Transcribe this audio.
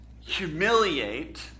humiliate